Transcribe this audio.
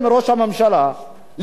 את חברי הסיעה שלו,